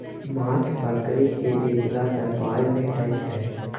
माछ पकरि केँ बेचला सँ पाइ भेटै छै